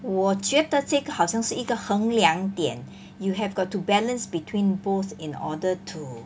我觉得这个好像是一个衡量点 you have got to balance between both in order to